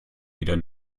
wieder